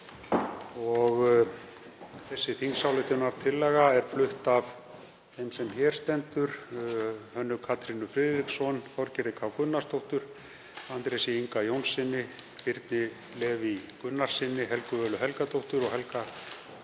Þessi þingsályktunartillaga er flutt af þeim sem hér stendur og hv. þm. Hönnu Katrínu Friðriksson, Þorgerði K. Gunnarsdóttur, Andrési Inga Jónssyni, Birni Leví Gunnarssyni, Helgu Völu Helgadóttur og Helga Hrafni